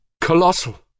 colossal